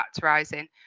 factorizing